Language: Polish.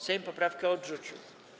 Sejm poprawkę odrzucił.